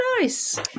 Nice